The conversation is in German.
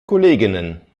kolleginnen